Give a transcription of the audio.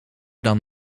dan